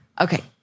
Okay